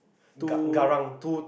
ga~ garang